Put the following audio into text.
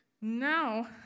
now